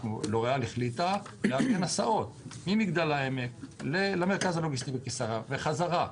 לוריאל החליטה על הסעות ממגדל העמק למרכז הלוגיסטי בקיסריה וחזרה,